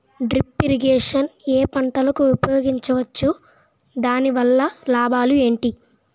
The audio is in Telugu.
డ్రిప్ ఇరిగేషన్ ఏ పంటలకు ఉపయోగించవచ్చు? దాని వల్ల లాభాలు ఏంటి?